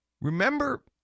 Remember